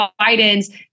Biden's